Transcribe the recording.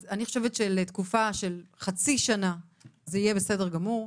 אני חושבת שלתקופה של חצי שנה זה יהיה בסדר גמור,